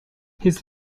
his